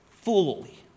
fully